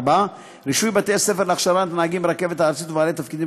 4. רישוי בתי-ספר להכשרת נהגים ברכבת הארצית ובעלי תפקידים